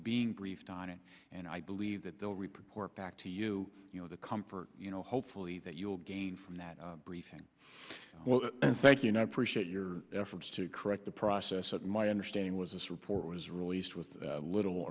being briefed on it and i believe that they will report back to you you know the comfort you know hopefully that you will gain from that briefing well thank you not appreciate your efforts to correct the process but my understanding was this report was released with little